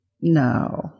No